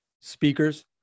Speakers